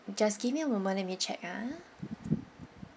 just give me a moment let me check ah